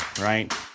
right